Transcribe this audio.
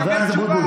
חבר הכנסת אבוטבול.